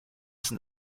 sind